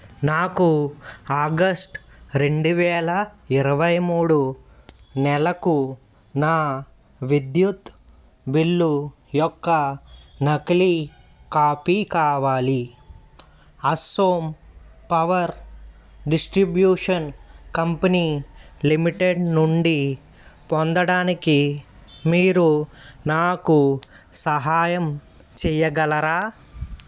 నాకు ఆగస్ట్ రెండు వేల ఇరవై మూడు నెలకు నా విద్యుత్ బిల్లు యొక్క నకిలీ కాపీ కావాలి Assam power distribution company limited నుండి పొందడానికి మీరు నాకు సహాయం చెయ్యగలరా